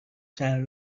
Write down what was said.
چند